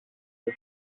και